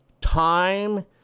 time